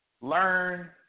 learn